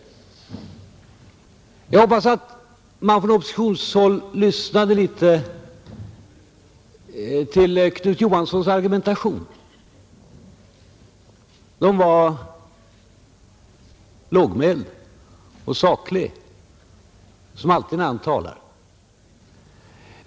Jag hoppas att man inom oppositionen lyssnade till Knut Johanssons argumentation. Den var som alltid när han talar lågmäld och saklig.